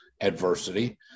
adversity